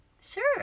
sure